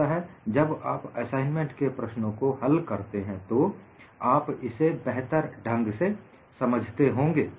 अतः जब आप असाइनमेंट के प्रश्नों को हल करते हैं तो आप इसे बेहतर ढंग से समझते होंगे